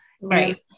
Right